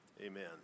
amen